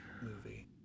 movie